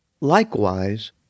Likewise